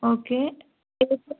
okay cake